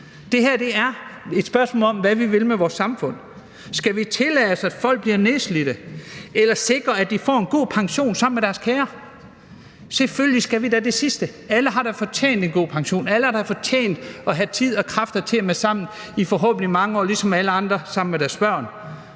Det her er et spørgsmål om, hvad vi vil med vores samfund. Skal vi tillade, at folk bliver nedslidte, eller sikre, at de får en god pension sammen med deres kære? Selvfølgelig skal vi da det sidste. Alle har da fortjent en god pension, alle har da fortjent at have tid og kræfter til at være sammen i forhåbentlig mange år, ligesom alle andre, sammen med deres børn.